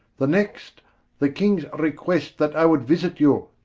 the next the kings request, that i would visit you,